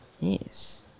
Yes